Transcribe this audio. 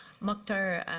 moctar,